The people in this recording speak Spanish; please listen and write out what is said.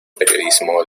periodismo